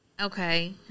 Okay